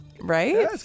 Right